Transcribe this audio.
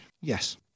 Yes